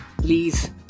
please